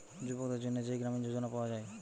যুবকদের জন্যে যেই গ্রামীণ যোজনা পায়া যায়